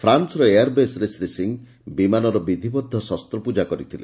ଫ୍ରାନୁର ଏୟାର୍ବେସ୍ରେ ଶ୍ରୀ ସିଂହ ବିମାନର ବିଧିବଦ୍ଧ ଶସ୍ତପୂଜା କରିଥିଲେ